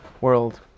world